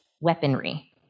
weaponry